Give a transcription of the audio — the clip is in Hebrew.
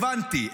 הבנתי,